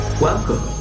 Welcome